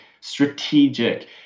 strategic